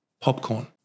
popcorn